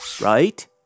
right